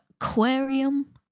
aquarium